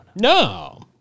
no